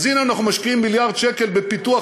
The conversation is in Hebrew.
אז הנה, אנחנו משקיעים מיליארד שקל בפיתוח.